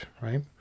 right